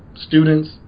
students